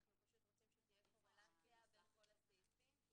אנחנו רוצים שתהיה קורלציה בין כל הסעיפים כי